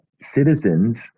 citizens